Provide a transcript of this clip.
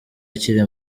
akiri